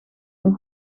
een